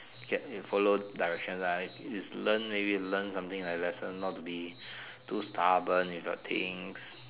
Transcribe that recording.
get follow directions lah just learn maybe learn something like lessons not to be too stubborn with your things